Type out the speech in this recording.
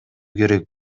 керек